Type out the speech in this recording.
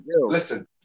Listen